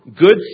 Good